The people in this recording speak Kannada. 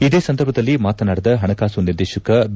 ಇದೇ ಸಂದರ್ಭದಲ್ಲಿ ಮಾತನಾಡಿದ ಹಣಕಾಸು ನಿರ್ದೇಶಕ ಬಿ